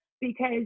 Because-